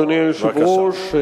אדוני היושב-ראש,